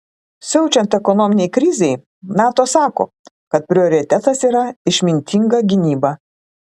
siaučiant ekonominei krizei nato sako kad prioritetas yra išmintinga gynyba